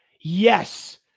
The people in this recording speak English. Yes